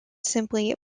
simple